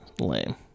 Lame